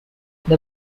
the